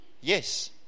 Yes